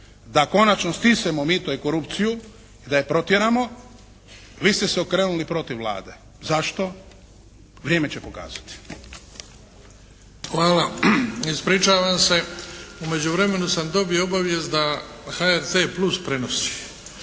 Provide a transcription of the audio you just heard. da konačno stisnemo mito i korupciju i da je protjeramo vi ste se okrenuli protiv Vlade. Zašto? Vrijeme će pokazati. **Bebić, Luka (HDZ)** Hvala. Ispričavam se. U međuvremenu sam dobio obavijest da HRT plus prenosi